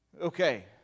okay